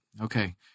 Okay